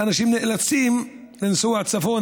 ואנשים נאלצים לנסוע צפונה,